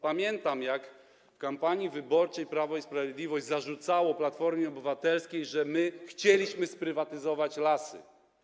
Pamiętam, jak w kampanii wyborczej Prawo i Sprawiedliwość zarzucało Platformie Obywatelskiej, że chcieliśmy sprywatyzować lasy.